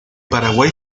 paraguay